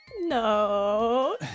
No